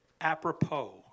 apropos